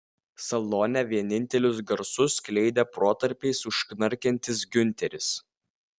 salone vienintelius garsus skleidė protarpiais užknarkiantis giunteris